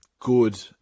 good